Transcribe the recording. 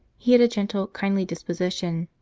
he had a gentle, kindly disposition,